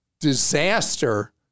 disaster